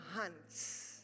hunts